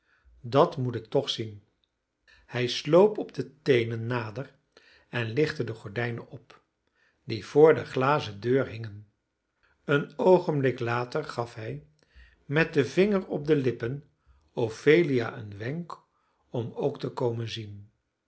dat moet ik toch zien hij sloop op de teenen nader en lichtte de gordijnen op die voor de glazen deur hingen een oogenblik later gaf hij met den vinger op de lippen ophelia een wenk om ook te komen zien